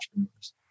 entrepreneurs